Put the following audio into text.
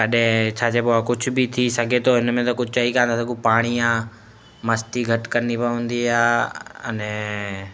कॾहिं छा चइबो आहे कुझु बि थी सघे थो हिन में त कुझु चई कोन था सघूं पाणी आहे मस्ती घटि करिणी पवंदी आहे अने